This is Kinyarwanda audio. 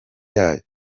yayo